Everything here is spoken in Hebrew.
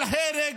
על הרג.